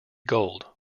gold